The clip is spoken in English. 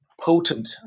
potent